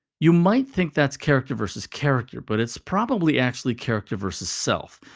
you might think that's character vs. character, but it's probably actually character vs. self,